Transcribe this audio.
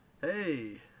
Hey